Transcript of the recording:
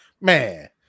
man